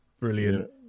Brilliant